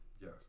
Yes